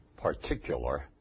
Particular